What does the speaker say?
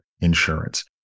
insurance